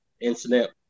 incident